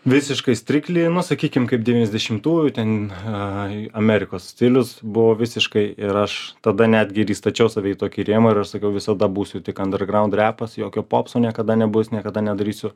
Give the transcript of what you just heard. visiškai striktli nu sakykim kaip devyniasdešimtųjų ten amerikos stilius buvo visiškai ir aš tada netgi ir įstačiau save į tokį rėmą ir aš sakau visada būsiu tik andergraund repas jokio popso niekada nebus niekada nedarysiu